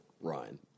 Ryan